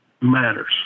matters